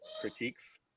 critiques